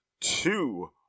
two